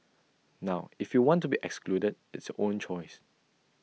now if you want to be excluded it's your own choice